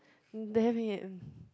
damn it